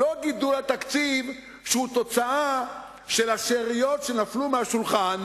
לא גידול התקציב שהוא תוצאה של השאריות שנפלו מהשולחן,